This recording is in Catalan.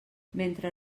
mentre